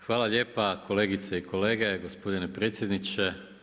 Hvala lijepa kolegice i kolege, gospodine predsjedniče.